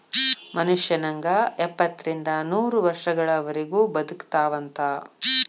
ಮನುಷ್ಯ ನಂಗ ಎಪ್ಪತ್ತರಿಂದ ನೂರ ವರ್ಷಗಳವರಗು ಬದಕತಾವಂತ